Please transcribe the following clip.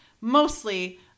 mostly